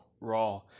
Raw